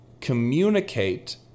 communicate